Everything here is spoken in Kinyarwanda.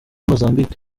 mozambique